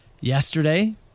Yesterday